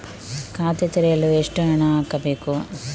ಖಾತೆ ತೆರೆಯಲು ಎಷ್ಟು ಹಣ ಹಾಕಬೇಕು?